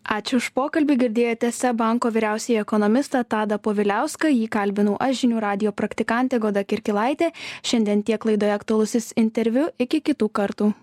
ačiū už pokalbį girdėjote seb banko vyriausiąjį ekonomistą tadą poviliauską jį kalbinau aš žinių radijo praktikantė goda kirkilaitė šiandien tiek laidoje aktualusis interviu iki kitų kartų